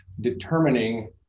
determining